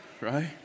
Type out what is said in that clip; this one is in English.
right